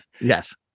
Yes